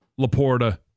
LaPorta